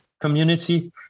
community